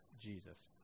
Jesus